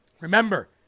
Remember